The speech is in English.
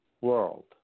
world